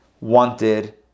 wanted